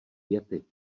věty